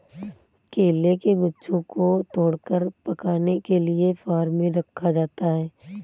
केले के गुच्छों को तोड़कर पकाने के लिए फार्म में रखा जाता है